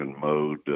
mode